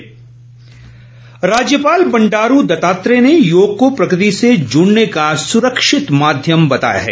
राज्यपाल राज्यपाल बंडारू दत्तात्रेय ने योग को प्रकृति से जड़ने का सुरक्षित माध्यम बताया है